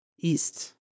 east